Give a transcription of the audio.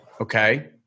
okay